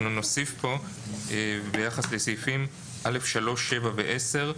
אנחנו נוסיף כאן ביחס לסעיפים (א)(3), (7) ו-(10),